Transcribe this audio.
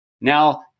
Now